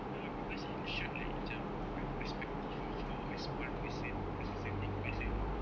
no because it showed like macam the perspective of how a small person just as a big person would be